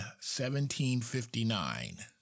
1759